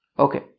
Okay